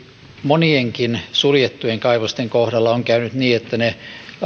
monienkin suljettujen kaivosten kohdalla on käynyt niin että